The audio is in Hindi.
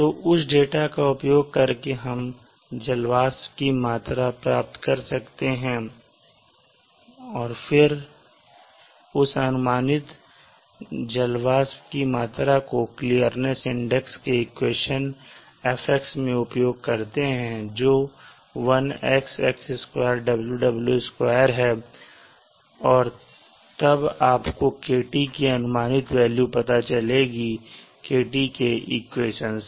तो उस डेटा का उपयोग करके हम जल वाष्प की मात्रा प्राप्त कर सकते हैं और फिर उस अनुमानित जलवाष्प की मात्रा को क्लीर्निस इंडेक्स के इक्वेशन f में उपयोग करते हैं जो 1 x x2 w w2 है और तब आपको kt की अनुमानित वेल्यू पता चलेगी kt के इक्वेशन से